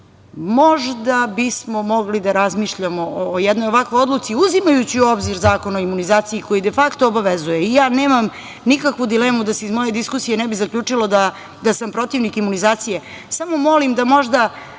Možda bismo mogli da razmišljamo o jednoj ovakvoj odluci, uzimajući u obzir Zakon o imunizaciji koji defakto obavezuje. Nemam nikakvu dilemu da se iz moje diskusije ne bi zaključilo da sam protivnik imunizacije, samo molim da možda